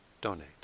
donate